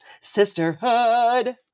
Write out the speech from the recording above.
sisterhood